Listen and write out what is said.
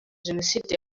jenoside